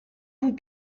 vous